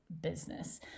business